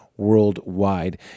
worldwide